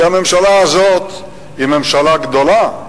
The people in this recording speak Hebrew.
כי הממשלה הזאת היא ממשלה גדולה.